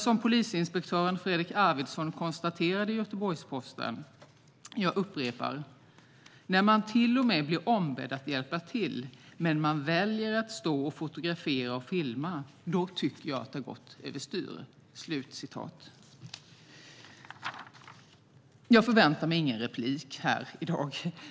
Som polisinspektör Fredrik Arvidsson konstaterade i Göteborgs-Posten - jag upprepar: "När man till och med blir ombedd att hjälpa till, men man väljer att stå och fotografera och filma, då tycker jag att det har gått överstyr." Jag förväntar mig ingen replik här i dag.